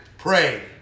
Pray